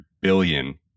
billion